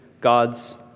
God's